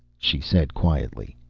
she said quietly.